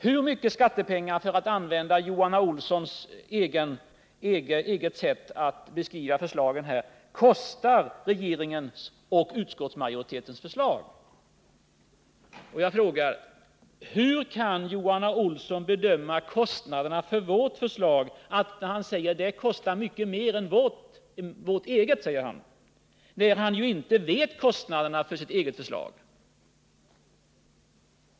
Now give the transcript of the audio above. Hur mycket skattepengar — för att använda Johan A. Olssons eget sätt att beskriva förslagen här — kostar regeringens och utskottsmajoritetens förslag? Och jag frågar: Hur kan Johan A. Olsson bedöma kostnaderna för vårt förslag? Det kostar mycket mer än vårt eget, säger han. Men han känner ju inte till kostnaderna för sitt eget förslag.